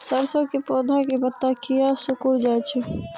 सरसों के पौधा के पत्ता किया सिकुड़ जाय छे?